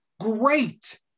Great